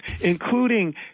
including